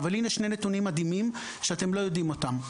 הנה שני נתונים מדהימים שאתם לא יודעים אותם.